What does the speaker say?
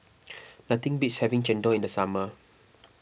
nothing beats having Chendol in the summer